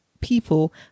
people